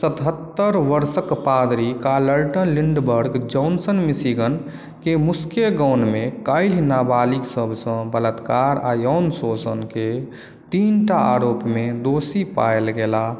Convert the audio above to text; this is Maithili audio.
सतहत्तरि वर्षक पादरी कार्लटन लिंडबर्ग जॉनसन मिशिगनके मुस्केगॉनमे काल्हि नाबालिग सबसँ बलात्कार आ यौन शोषणके तीनटा आरोपमे दोषी पाओल गेलाह